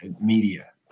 media